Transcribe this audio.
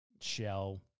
Shell